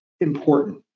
important